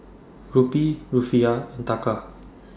Rupee Rufiyaa and Taka